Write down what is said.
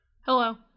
Hello